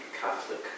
Catholic